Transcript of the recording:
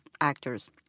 actors